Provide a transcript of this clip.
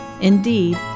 Indeed